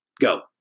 go